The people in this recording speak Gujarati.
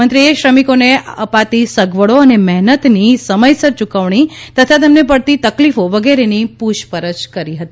મંત્રીએ શ્રમિકોને અપાતી સગવડો અને મહેનત ણાની સમયસર યુકવણી તથા તેમણે પડતી તકલીફો વગેરેની પૂછપરછ કરી હતી